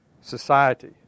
society